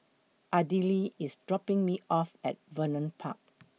Ardelle IS dropping Me off At Vernon Park